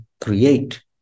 create